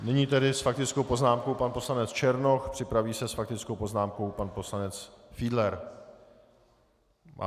Nyní s faktickou poznámkou pan poslanec Černoch, připraví se s faktickou poznámkou pan poslanec Fiedler.